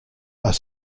are